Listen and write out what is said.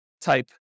type